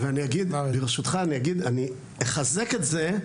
אני אחזק את זה,